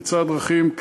פריצת דרכים,